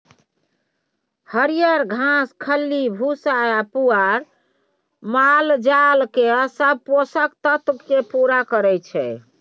हरियर घास, खल्ली भुस्सा आ पुआर मालजालक सब पोषक तत्व केँ पुरा करय छै